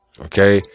Okay